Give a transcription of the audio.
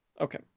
Okay